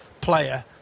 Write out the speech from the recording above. player